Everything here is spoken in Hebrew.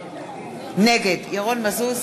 נגד מרב מיכאלי,